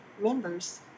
members